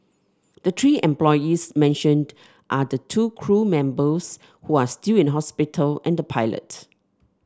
the three employees mentioned are the two crew members who are still in hospital and the pilot